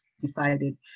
decided